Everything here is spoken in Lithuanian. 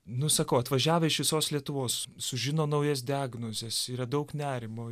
nu sakau atvažiavę iš visos lietuvos sužino naujas diagnozes yra daug nerimo